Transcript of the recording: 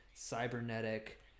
cybernetic